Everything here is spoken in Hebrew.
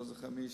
אני לא זוכר מי,